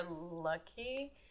lucky